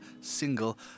single